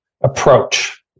approach